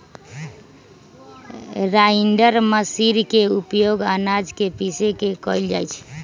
grinder machine के उपयोग आनाज के पीसे में कइल जाहई